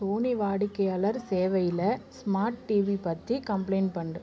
Sony வாடிக்கையாளர் சேவையில் smart TV பற்றி கம்ப்ளைண்ட் பண்டு